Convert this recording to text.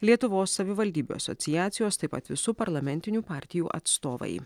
lietuvos savivaldybių asociacijos taip pat visų parlamentinių partijų atstovai